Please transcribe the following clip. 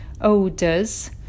odors